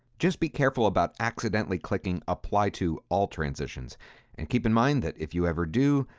just be careful about accidentally clicking apply to all transitions and keep in mind that if you ever do,